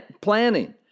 planning